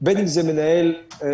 בין אם זה מנהל מעבדות,